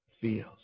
feels